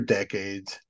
decades